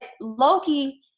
Loki